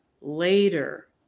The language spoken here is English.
later